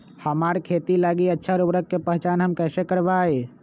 हमार खेत लागी अच्छा उर्वरक के पहचान हम कैसे करवाई?